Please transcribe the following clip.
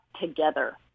together